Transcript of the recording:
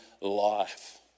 life